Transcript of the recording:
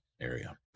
area